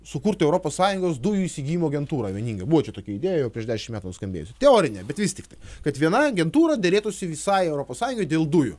sukurti europos sąjungos dujų įsigijimo agentūrą vieningą buvo čia tokia idėja jau prieš dešim metų nuskambėjus teorinė bet vis tiktai kad viena agentūra derėtųsi visai europos sąjungai dėl dujų